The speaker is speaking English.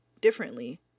differently